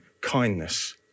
kindness